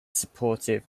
supportive